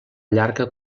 llarga